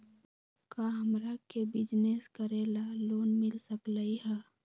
का हमरा के बिजनेस करेला लोन मिल सकलई ह?